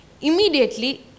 immediately